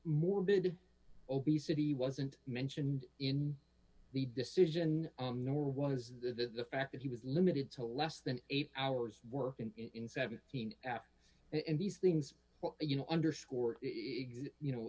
morbid obesity wasn't mentioned in the decision nor was the fact that he was limited to less than eight hours working in seventeen hours and these things well you know underscore you know